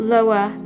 Lower